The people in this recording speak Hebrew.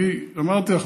אמרתי לך,